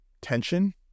tension